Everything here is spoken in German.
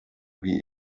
wie